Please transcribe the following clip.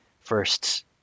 first